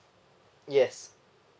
yes